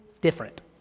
different